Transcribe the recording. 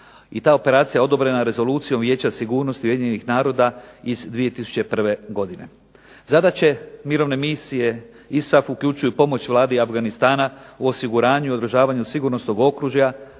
I ta operacija je odobrena rezolucijom Vijeća sigurnosti Ujedinjenih naroda iz 2001. godine. Zadaće mirovne misije ISAF uključuju pomoć Vladi Afganistana u osiguranju i održavanju sigurnosnog okružja,